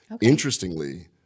Interestingly